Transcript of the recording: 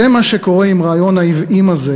זה מה שקורה עם רעיון העוועים הזה,